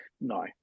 no